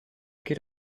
geht